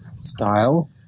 Style